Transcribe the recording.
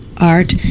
art